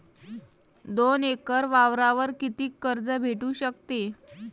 दोन एकर वावरावर कितीक कर्ज भेटू शकते?